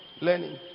learning